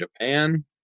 Japan